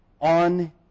on